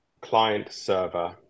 client-server